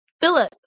Philip